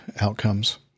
outcomes